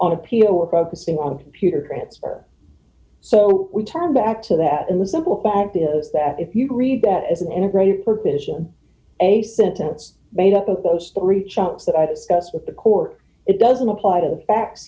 on appeal we're focusing on computer transfer so we turn back to that and the simple fact is that if you read that as an integrated for position a sentence made up of those three chance that i discuss with the court it doesn't apply to the